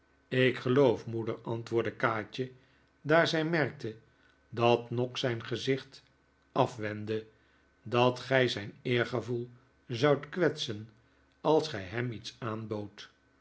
ik geloof moeder antwoordde kaatje daar zij merkte dat noggs zijn gezicht afwendde dat gij zijn eergevoel zoudt kwetsen als gij hem iets aanboodt